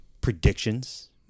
predictions